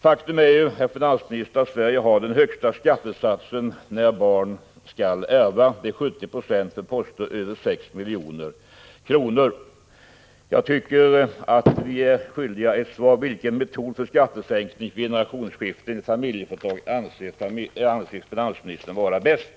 Sverige har i dag den högsta skattesatsen när barn ärver: 70 26 för poster över 6 milj.kr. Jag tycker att finansministern bör ge oss ett svar på följande fråga: Vilken metod för skattesänkning vid generationsskiften i familjeföretag anser finansministern vara bäst?